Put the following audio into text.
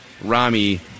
Rami